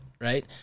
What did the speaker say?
right